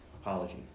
apology